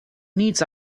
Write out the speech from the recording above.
needs